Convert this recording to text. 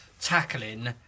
tackling